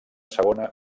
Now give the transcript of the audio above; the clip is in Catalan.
segona